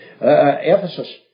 Ephesus